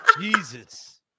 Jesus